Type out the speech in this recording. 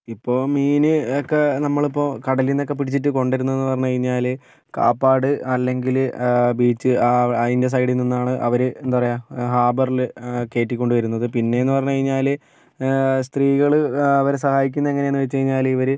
ഇപ്പോൾ മീന് ഒക്കെ നമ്മളിപ്പോൾ കടലിൽ നിന്നൊക്കെ പിടിച്ചിട്ട് കൊണ്ട് വരുന്നതെന്ന് പറഞ്ഞ് കഴിഞ്ഞാല് കാപ്പാട് അല്ലെങ്കില് ബീച്ച് ആ അതിൻ്റെ സൈഡിൽ നിന്നാണ് അവര് എന്താ പറയുക ഹാർബറില് കയറ്റി കൊണ്ട് വരുന്നത് പിന്നെന്ന് പറഞ്ഞ് കഴിഞ്ഞാല് സ്ത്രീകള് അവരെ സഹായിക്കുന്നത് എങ്ങനെ എന്ന് വെച്ച് കഴിഞ്ഞാല് ഇവര്